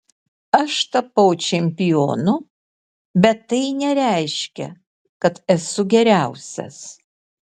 aš tapau čempionu bet tai nereiškia kad esu geriausias